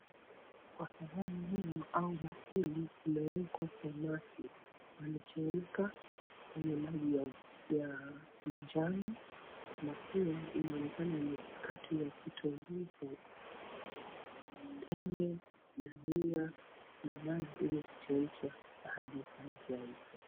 Kwa sahani hii au bakuli imewekwa samaki wanachemka kwenye maji ya majani na pia imeonekana imekatwa kitunguu, embe, dania na maji yenye kuchemsha hadi samaki yaive.